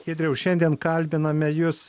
giedriau šiandien kalbiname jus